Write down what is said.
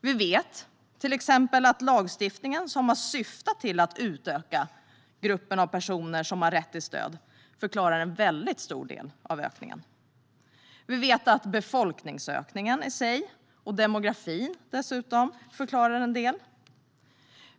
Vi vet till exempel att den lagstiftning som har syftat till att utöka gruppen av personer som har rätt till stöd förklarar en väldigt stor del av ökningen. Vi vet att befolkningsökningen i sig och demografin förklarar en del.